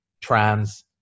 trans